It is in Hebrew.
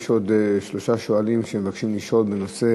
יש עוד שלושה שואלים שמבקשים לשאול בנושא